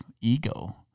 ego